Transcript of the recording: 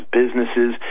businesses